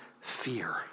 fear